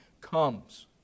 comes